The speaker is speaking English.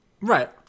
Right